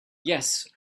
yes